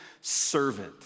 servant